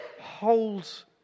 holds